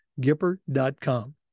Gipper.com